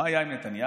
מה היה עם נתניהו?